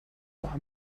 war